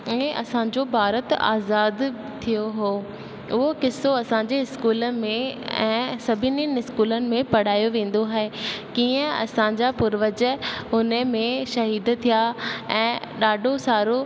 ऐं असांजो भारत आज़ाद थियो हो उहो क़िसो असांजे स्कूल में ऐं सभिनी स्कूल में पढ़ायो वेंदो आहे कीअं असां जा पूर्वज हुन में शहीद थिया ऐं ॾाढो सारो